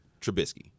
Trubisky